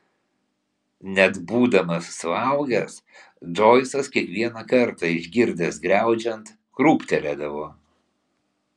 net būdamas suaugęs džoisas kiekvieną kartą išgirdęs griaudžiant krūptelėdavo